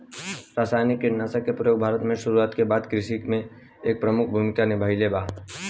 रासायनिक कीटनाशक के प्रयोग भारत में शुरुआत के बाद से कृषि में एक प्रमुख भूमिका निभाइले बा